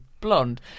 blonde